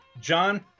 John